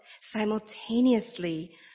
simultaneously